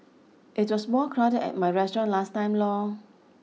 it was more crowded at my restaurant last time lor